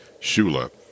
shula